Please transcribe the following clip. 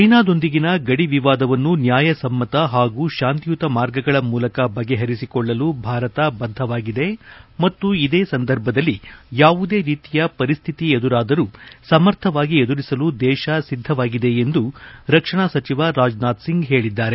ಚೀನಾದೊಂದಿಗಿನ ಗಡಿ ವಿವಾದವನ್ನು ನ್ನಾಯ ಸಮತ ಹಾಗೂ ಶಾಂತಿಯುತ ಮಾರ್ಗಗಳ ಮೂಲಕ ಬಗೆಪಂಸಿಕೊಳ್ಳಲು ಭಾರತ ಬದ್ದವಾಗಿದೆ ಮತ್ತು ಇದೇ ಸಂದರ್ಭದಲ್ಲಿ ಯಾವುದೇ ರೀತಿಯ ಪರಿಸ್ಟಿತಿ ಎದುರಾದರು ಸಮರ್ಥವಾಗಿ ಎದುರಿಸಲು ದೇಶ ಸಿದ್ದವಾಗಿದೆ ಎಂದು ರಕ್ಷಣಾ ಸಚಿವ ರಾಜನಾಥ್ಸಿಂಗ್ ಪೇಳಿದ್ದಾರೆ